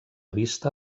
vista